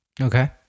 Okay